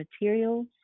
materials